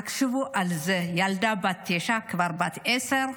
תחשבו על זה, ילדה בת תשע, כבר בת עשר.